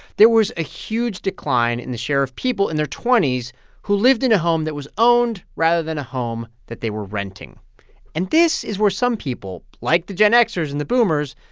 there was a huge decline in the share of people in their twenty s who lived in a home that was owned rather than a home that they were renting and this is where some people, like the gen xers and the boomers,